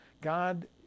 God